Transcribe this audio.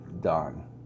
done